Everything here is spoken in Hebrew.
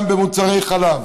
גם במוצרי חלב.